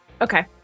Okay